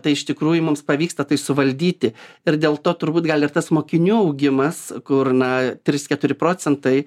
tai iš tikrųjų mums pavyksta tai suvaldyti ir dėl to turbūt gal ir tas mokinių augimas kur na trys keturi procentai